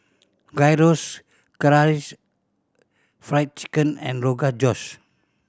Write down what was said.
Gyros Karaage Fried Chicken and Rogan Josh